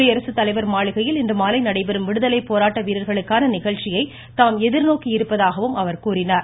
குடியரசுத்தலைவர் மாளிகையில் இன்றுமாலை நடைபெறும் விடுதலை போராட்ட வீரர்களுக்கான நிகழ்ச்சியை தாம் எதிர்நோக்கி இருப்பதாகவும் தெரிவித்தார்